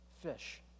fish